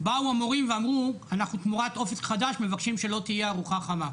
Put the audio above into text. באו המורים ואמרו: תמורת "אופק חדש" אנחנו מבקשים שלא תהיה ארוחה חמה.